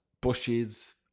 bushes